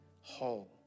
whole